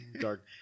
dark